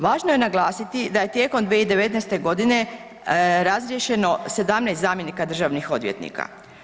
Važno je naglasiti da je tijekom 2019.g. razriješeno 17 zamjenika državnih odvjetnika.